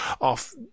off